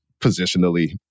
positionally